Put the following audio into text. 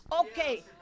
Okay